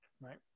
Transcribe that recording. right